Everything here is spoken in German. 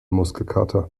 muskelkater